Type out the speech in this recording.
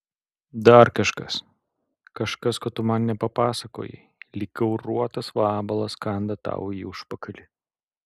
dar kažkas kažkas ko tu man nepapasakojai lyg gauruotas vabalas kanda tau į užpakalį